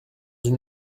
une